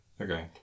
Okay